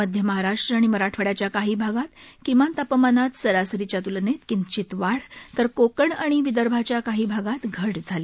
मध्य महाराष्ट्र आणि मराठवाड्याच्या काही भागात किमान तापमानात सरासरीच्या त्लनेत किंचित वाढ तर कोकण आणि विदर्भाच्या काही भागात घट झाली